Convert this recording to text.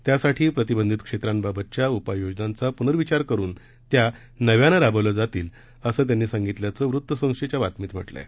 त्यासाठी प्रतिबंधित क्षेत्रांबाबतच्या उपाययोजनांचा पुनर्विचार करून त्या नव्यानं राबवल्या जातील असं त्यांनी सांगितल्याचं वृत्तसंस्थेच्या बातमीत म्हटलं आहे